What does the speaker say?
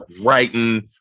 writing